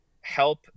help